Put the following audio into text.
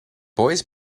boys